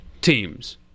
teams